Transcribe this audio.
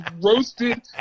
roasted